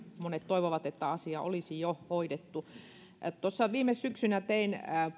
monet toivovat että asia olisi jo hoidettu viime syksynä tein